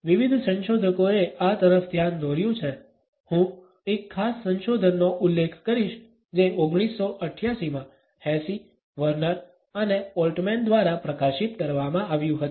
વિવિધ સંશોધકોએ આ તરફ ધ્યાન દોર્યું છે હું એક ખાસ સંશોધનનો ઉલ્લેખ કરીશ જે 1988 માં હેસી વર્નર અને ઓલ્ટમેન દ્વારા પ્રકાશિત કરવામાં આવ્યુ હતુ